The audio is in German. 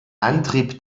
antrieb